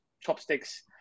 chopsticks